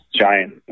giant